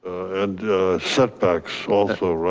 and setbacks also,